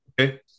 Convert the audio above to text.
okay